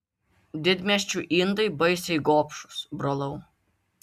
didmiesčių indai baisiai gobšūs brolau